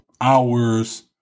hours